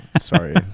Sorry